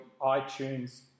iTunes